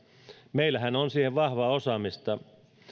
meillähän on siihen vahvaa osaamista